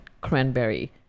cranberry